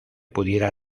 pudiera